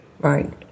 Right